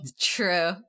True